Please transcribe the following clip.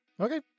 Okay